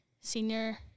senior